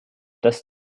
das